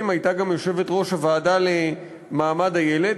והייתה גם יושבת-ראש הוועדה למעמד הילד,